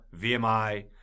VMI